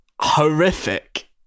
horrific